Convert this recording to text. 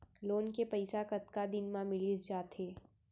Loan के पइसा कतका दिन मा मिलिस जाथे?